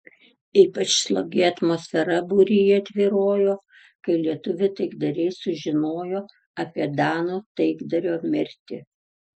ypač slogi atmosfera būryje tvyrojo kai lietuvių taikdariai sužinojo apie danų taikdario mirtį